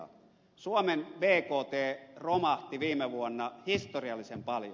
suomen bkt romahti viime vuonna historiallisen paljon